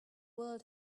world